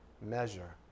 measure